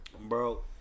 bro